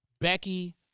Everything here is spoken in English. Becky